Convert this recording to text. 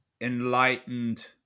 enlightened